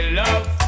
love